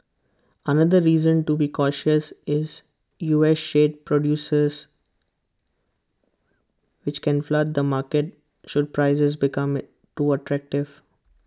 another reason to be cautious is U S shale producers which can flood the market should prices become too attractive